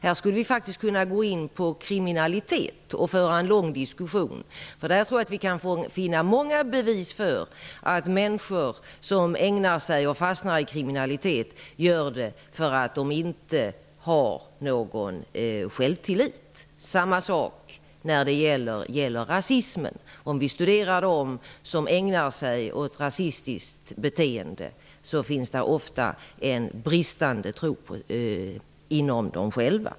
Här skulle vi faktiskt kunna gå in på kriminalitet och föra en lång diskussion. Där kan vi finna många bevis för att människor som ägnar sig åt och fastnar i kriminalitet gör det därför att de inte har någon självtillit. Detsamrna gäller rasismen. De som har ett rasistiskt beteende har ofta en bristande tro på sig själva.